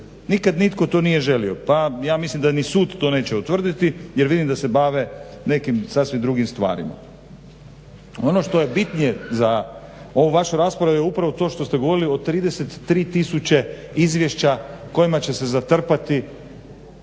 Nikad nitko to nije želio. Pa ja mislim da ni sud to neće utvrditi jer vidim da se bave nekim sasvim drugim stvarima. Ono što je bitnije za ovu vašu raspravu je upravo to što ste govorili o 33 tisuće izvješća kojima će se zatrpati